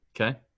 Okay